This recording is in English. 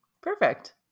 Perfect